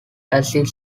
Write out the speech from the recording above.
acids